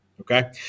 Okay